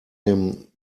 him